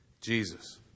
Jesus